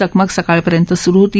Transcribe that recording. चकमक सकाळपर्यंत सुरु होती